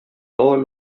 todos